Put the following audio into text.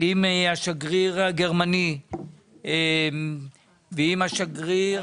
עם השגריר הגרמני ועם השגריר